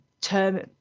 term